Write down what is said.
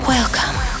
Welcome